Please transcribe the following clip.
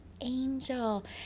angel